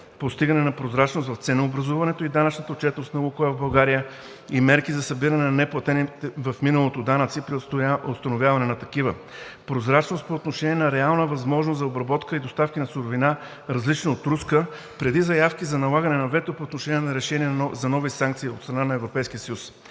постигане на прозрачност в ценообразуването и данъчната отчетност на „Лукойл“ в България и мерки за събиране на неплатени в миналото данъци при установяване на такива; прозрачност по отношение на реална възможност за обработка и доставка на суровина, различна от руска, преди заявки за налагане на вето по отношение на решение за нови санкции от страна на Европейския съюз;